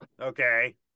okay